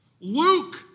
Luke